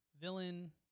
villain